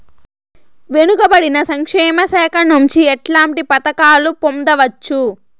వెనుక పడిన సంక్షేమ శాఖ నుంచి ఎట్లాంటి పథకాలు పొందవచ్చు?